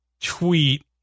tweet